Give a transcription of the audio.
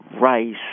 rice